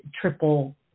triple